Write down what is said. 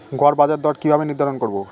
গড় বাজার দর কিভাবে নির্ধারণ করব?